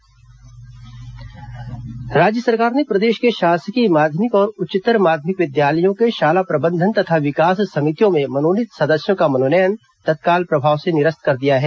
शाला प्रबंधन निरस्त राज्य सरकार ने प्रदेश के शासकीय माध्यमिक और उच्चत्तर माध्यमिक विद्यालयों के शाला प्रबंधन तथा विकास समितियों में मनोनीत सदस्यों का मनोनयन तत्काल प्रभाव से निरस्त कर दिया है